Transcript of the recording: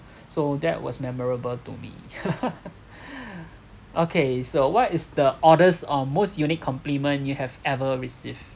so that was memorable to me okay so what is the oddest or most unique compliment you have ever received